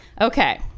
Okay